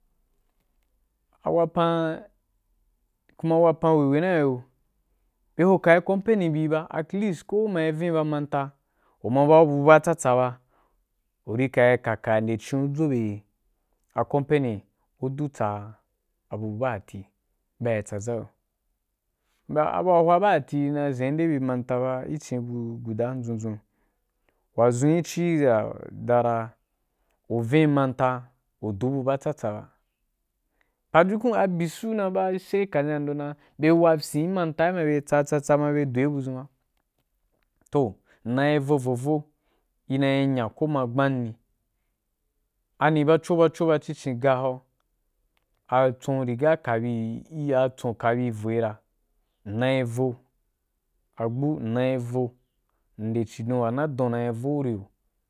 A wapan kuma a wapan hwehwe na’i gi yo. I ho ka’i company bi ba, atleast ko u ma yi vin ba manta u ma yi bau bu wa tsatsa ba, uri ka yi ka ka, ka nde cin’u dzo bye a company u du tsa’abu ba dati ba ri tsaza’u yo, mba abu hwa ba tati na zen ben de bi manta ba gi cin bu gudu ndʒun ndʒun wadʒun ri ci ra dara u vin manta u du bu wa tsa tsa ba pajukun abyi suna ba she ka sín yando dan bye wa fyīn gi manta’i ma bye tsatsa ma bye du be buʒun ba, toh ina yi vo vo vo ina yi nya ko mayi gban ni ani bacho bacho howa ba ci cin ga howa a tsun ri ga ka bi ī ya a tsum ka bi voī ya i na yi vo agbu ina yi vo, nde ci don wa na dui na yi vo ni.